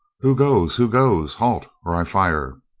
who goes? who goes? halt or i fire.